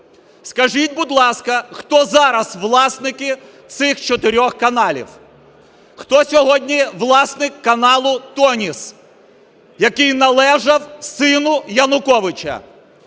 Скажіть, будь ласка, хто зараз власники цих чотирьох каналів? Хто сьогодні власник каналу "Тоніс", який належав сину Януковича?